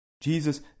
Jesus